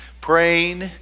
praying